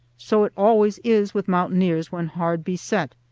so it always is with mountaineers when hard beset.